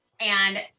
and-